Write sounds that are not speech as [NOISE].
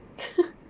[LAUGHS]